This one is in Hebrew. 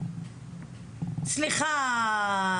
סליחה,